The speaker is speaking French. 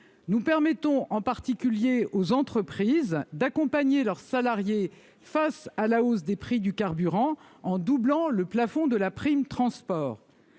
Nous permettons en particulier aux entreprises d'accompagner leurs salariés face à la hausse des prix du carburant en doublant le plafond de la prime transport.